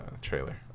trailer